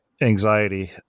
anxiety